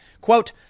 Quote